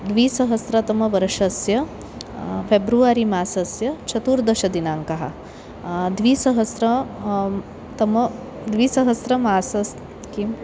द्विसहस्रतमवर्षस्य फे़ब्रुवरि मासस्य चतुर्दशदिनाङ्कः द्वीसहस्रं तम द्विसहस्रं मासः किं